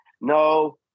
No